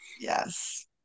Yes